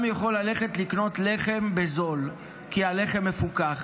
יכול ללכת לקנות לחם בזול כי הלחם מפוקח,